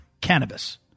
cannabis